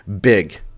big